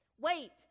Wait